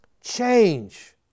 change